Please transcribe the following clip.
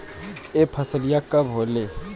यह फसलिया कब होले?